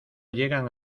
llegan